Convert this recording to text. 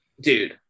dude